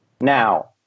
Now